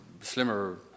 slimmer